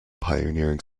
pioneering